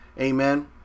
amen